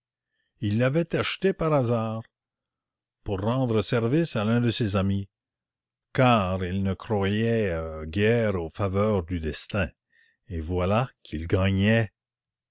il l'avait acheté plutôt pour rendre service à l'un de ses amis car il ne croyait guère aux faveurs du destin et voilà qu'il gagnait